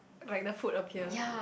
like the food appear